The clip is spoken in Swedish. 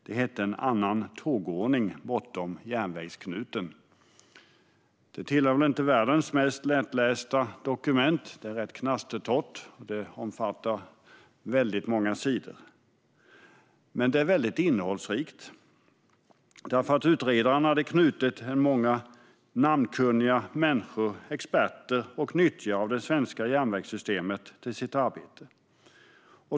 Det heter En annan tågordning - bortom järnvägsknuten . Betänkandet tillhör inte världens mest lättlästa dokument. Det är rätt knastertorrt, och det omfattar många sidor. Men det är också innehållsrikt. Utredaren knöt i sitt arbete till sig många namnkunniga människor i form av experter och nyttjare av det svenska järnvägssystemet.